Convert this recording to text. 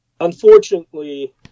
unfortunately